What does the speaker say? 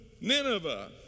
Nineveh